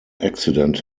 accident